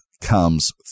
comes